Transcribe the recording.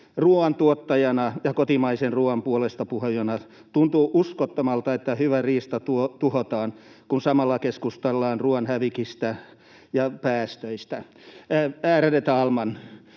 Ruoantuottajana ja kotimaisen ruoan puolestapuhujana tuntuu uskomattomalta, että hyvä riista tuhotaan, kun samalla keskustellaan ruoan hävikistä ja päästöistä. Ärade talman!